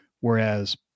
whereas